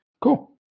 Cool